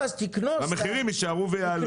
והמחירים יישארו ויעלו.